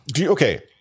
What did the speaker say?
Okay